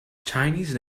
chinese